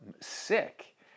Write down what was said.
sick